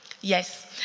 Yes